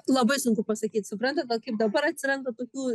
labai sunku pasakyt suprantat vat kaip dabar atsiranda tokių